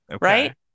right